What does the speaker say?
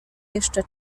jeszcze